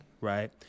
right